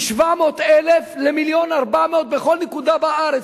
מ-700,000 עד 1.4 מיליון בכל נקודה בארץ.